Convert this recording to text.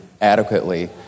adequately